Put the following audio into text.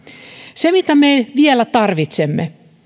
se mitä me vielä tarvitsemme